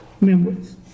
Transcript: memories